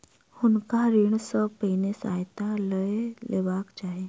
हुनका ऋण सॅ पहिने सहायता लअ लेबाक चाही